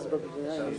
כן,